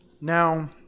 Now